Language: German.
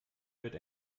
wird